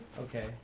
Okay